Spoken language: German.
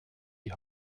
die